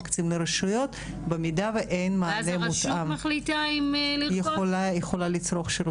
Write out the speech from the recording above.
קצה המזלג ממה שהתוכנית הלאומית עושה.